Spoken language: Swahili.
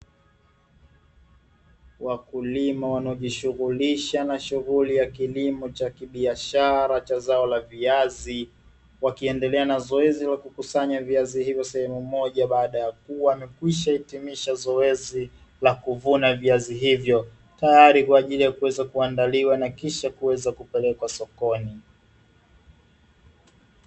Wakulima wanaojishughulisha na shughuli ya kilimo cha kibiashara cha zao la viazi, wakiendelea na zoezi la kukusanya viazi hivyo sehemu moja baada ya kuwa amekwisha hitimisha zoezi la kuvuna viazi hivyo tayari kwa ajili ya kuweza kuandaliwa na kisha kuweza kupelekwa sokoni.